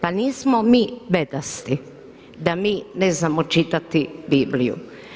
Pa nismo mi bedasti da mi ne znamo čitati Bibliju.